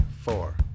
four